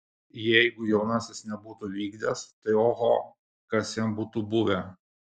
jeigu jaunasis nebūtų vykdęs tai oho kas jam būtų buvę